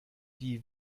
die